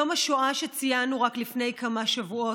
יום השואה, שציינו רק לפני כמה שבועות,